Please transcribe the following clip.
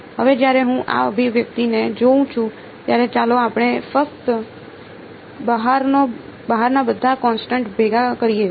હવે જ્યારે હું આ અભિવ્યક્તિને જોઉં છું ત્યારે ચાલો આપણે ફક્ત બહારના બધા કોન્સટન્ટ ભેગા કરીએ